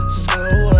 slow